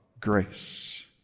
grace